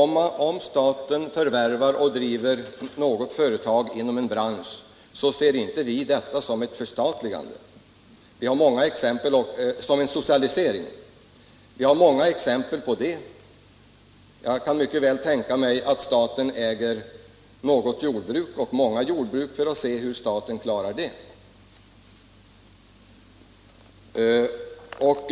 Om staten förvärvar och driver något företag inom en bransch ser inte vi detta som en socialisering. Vi har många exempel på det. Jag kan t.ex. mycket väl tänka mig att staten skulle äga något eller några jordbruk för att se hur staten k'arar det.